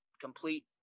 complete